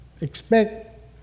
Expect